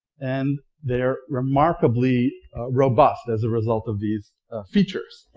and they're remarkably robust as a result of these features.